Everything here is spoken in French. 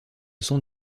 sont